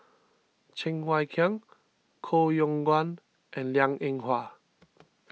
Cheng Wai Keung Koh Yong Guan and Liang Eng Hwa